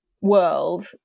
world